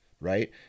right